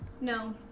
No